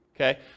okay